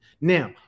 Now